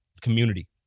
community